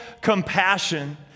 compassion